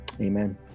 amen